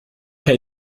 herr